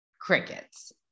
crickets